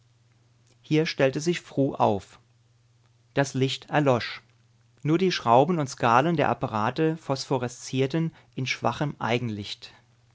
hier stellte sich fru auf das licht verlosch nur die schrauben und skalen der apparate phosphoreszierten in schwachem